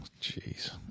Jeez